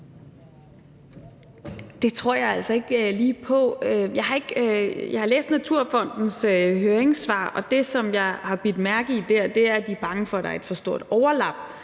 Det tror jeg altså ikke lige på. Jeg har læst Naturfondens høringssvar, og det, som jeg har bidt mærke i der, er, at de er bange for, at der er et for stort overlap.